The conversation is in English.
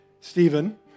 Stephen